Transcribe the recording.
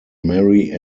mary